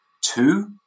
Two